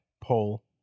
poll